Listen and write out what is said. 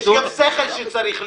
יש עוד שכל שצריך להיות,